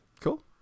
Cool